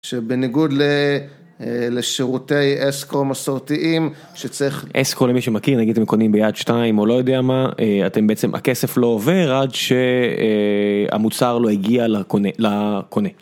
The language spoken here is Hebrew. שבניגוד לשירותי אסקו מסורתיים, שצריך-- אסקו למי שמכיר, נגיד אם קונים ביד 2 או לא יודע מה, אתם בעצם, הכסף לא עובר עד שהמוצר לא הגיע לקונה.